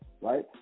right